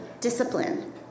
discipline